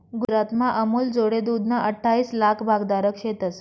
गुजरातमा अमूलजोडे दूधना अठ्ठाईस लाक भागधारक शेतंस